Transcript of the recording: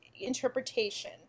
interpretation